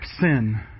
sin